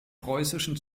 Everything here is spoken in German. preußischen